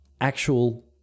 actual